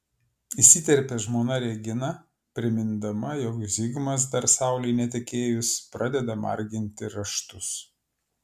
įsiterpia žmona regina primindama jog zigmas dar saulei netekėjus pradeda marginti raštus